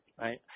right